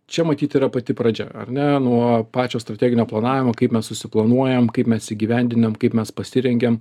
čia matyt yra pati pradžia ar ne nuo pačio strateginio planavimo kaip mes susiplanuojam kaip mes įgyvendinam kaip mes pasirengiam